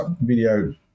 video